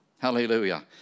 Hallelujah